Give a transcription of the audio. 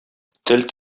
тел